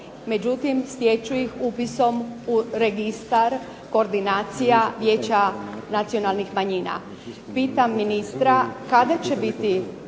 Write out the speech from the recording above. međutim stječu ih upisom u registar koordinacija Vijeća nacionalnih manjina. Pitam ministra kada će biti